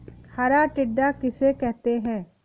हरा टिड्डा किसे कहते हैं?